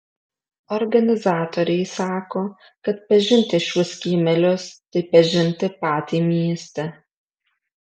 organizatoriai sako kad pažinti šiuos kiemelius tai pažinti patį miestą